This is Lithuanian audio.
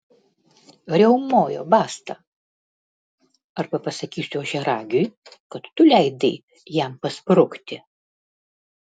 riaumojo basta arba pasakysiu ožiaragiui kad tu leidai jam pasprukti